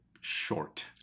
short